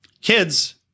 kids